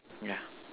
yeah